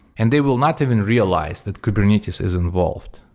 and they will not even realize that kubernetes is involved.